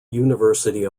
university